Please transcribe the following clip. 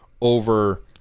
over